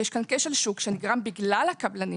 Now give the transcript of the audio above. יש כאן כשל שוק שנגרם בגלל הקבלנים